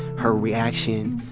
her reaction,